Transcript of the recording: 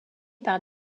par